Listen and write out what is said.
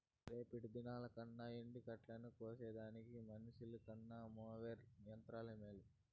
రేపటి దినంకల్లా ఎండగడ్డిని కోసేదానికి మనిసికన్న మోవెర్ యంత్రం మేలు